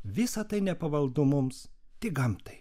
visa tai nepavaldu mums tik gamtai